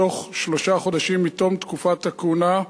בתוך שלושה חודשים מתום תקופת הכהונה,